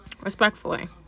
Respectfully